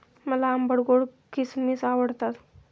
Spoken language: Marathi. मला आंबट गोड किसमिस आवडतात